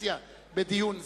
האופוזיציה בדיון זה,